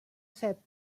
set